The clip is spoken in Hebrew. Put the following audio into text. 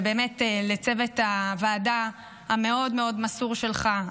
ובאמת לצוות הוועדה המאוד-מאוד מסור שלך,